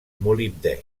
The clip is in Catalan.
molibdè